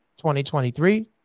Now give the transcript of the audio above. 2023